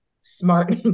smart